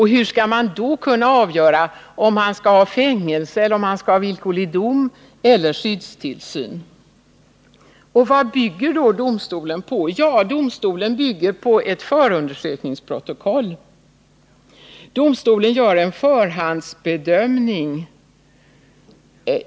Hur skall man då kunna avgöra om han skall ha fängelse, villkorlig dom eller skyddstillsyn? Vad bygger då domstolen på? Jo, domstolen bygger på ett förundersökningsprotokoll. Domstolen gör en förhandsbedömning.